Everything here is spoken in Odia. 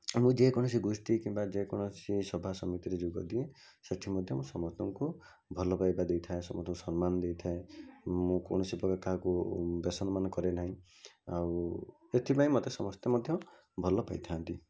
ମୁଁ ଯେକୌଣସି ଗୋଷ୍ଠୀ କିମ୍ବା ଯେକୌଣସି ସଭାସମିତିରେ ଯୋଗଦିଏ ସେଇଠି ମଧ୍ୟ ମୁଁ ସମସ୍ତଙ୍କୁ ଭଲପାଇବା ଦେଇଥାଏ ସମସ୍ତଙ୍କୁ ସମ୍ମାନ ଦେଇଥାଏ ମୁଁ କୌଣସିପ୍ରକାର କାହାକୁ ବେସମ୍ମାନ କରେନାହିଁ ଆଉ ଏଥିପାଇଁ ମୋତେ ସମସ୍ତେ ମଧ୍ୟ ଭଲପାଇଥାନ୍ତି